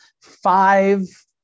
five